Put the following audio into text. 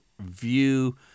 view